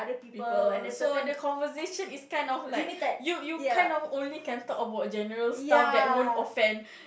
people so the conversation is kind of like you you kind of only can talk about general stuff that won't offend